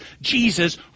Jesus